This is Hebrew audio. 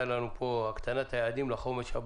תראו, כדי לבנות את רשת החלוקה,